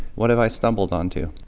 what have i stumbled onto?